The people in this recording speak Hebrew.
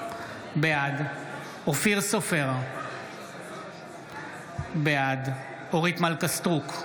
בעד אופיר סופר, בעד אורית מלכה סטרוק,